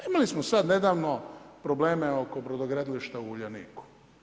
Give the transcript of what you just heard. Imali smo sad nedavno probleme oko brodogradilišta u Uljaniku.